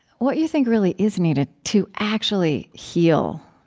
what you think really is needed to actually heal,